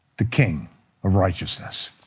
the king of righteousness.